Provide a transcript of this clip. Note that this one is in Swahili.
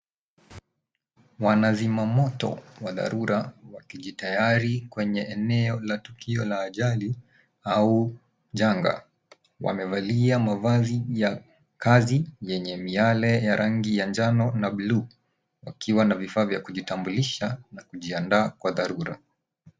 Wanazimamoto wa dharura wakijitayari kwenye eneo la tukio la ajali au janga wamevalia mavazi ya kazi yenye miale ya rangi ya njano na bluu wakiwa na vifaa vya kujitambulisha na kujiandaa kwa dharura.